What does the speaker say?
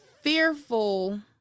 fearful